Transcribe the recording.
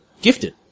Gifted